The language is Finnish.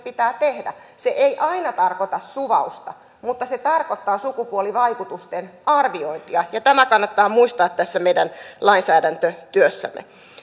pitää tehdä se ei aina tarkoita suvausta mutta se tarkoittaa sukupuolivaikutusten arviointia ja tämä kannattaa muistaa tässä meidän lainsäädäntötyössämme